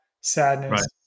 sadness